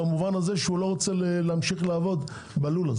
במובן הזה שהוא לא רוצה להמשיך לעבוד בלולים.